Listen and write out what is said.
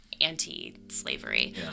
anti-slavery